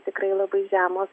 tikrai labai žemos